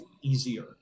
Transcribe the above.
easier